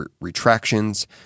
retractions